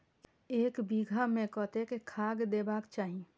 एक बिघा में कतेक खाघ देबाक चाही?